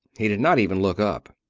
he did not even look up.